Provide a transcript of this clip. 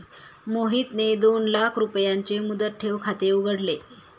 मोहितने दोन लाख रुपयांचे मुदत ठेव खाते उघडले